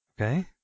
Okay